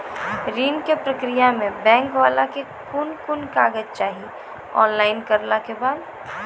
ऋण के प्रक्रिया मे बैंक वाला के कुन कुन कागज चाही, ऑनलाइन करला के बाद?